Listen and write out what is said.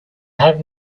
have